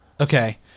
okay